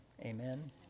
amen